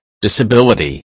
disability